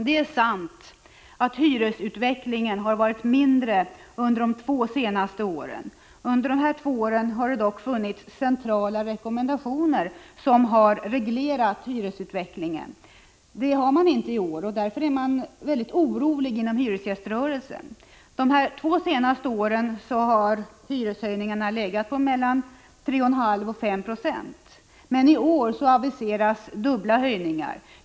Det är sant att hyresutvecklingen har varit mindre under de två senaste åren. Under dessa två år har det dock funnits centrala rekommendationer som har reglerat hyresutvecklingen. Sådana finns inte i år och därför är man inom hyresgäströrelsen mycket orolig. De två senaste åren har hyreshöjningarna legat på mellan 3,5 96 och 5 20. Men i år aviseras dubbla höjningar.